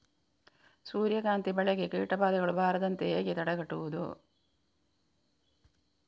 ಸೂರ್ಯಕಾಂತಿ ಬೆಳೆಗೆ ಕೀಟಬಾಧೆಗಳು ಬಾರದಂತೆ ಹೇಗೆ ತಡೆಗಟ್ಟುವುದು?